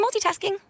multitasking